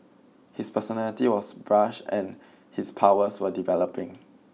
his personality was brash and his powers were developing